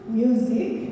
music